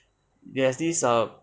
there's this err